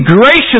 gracious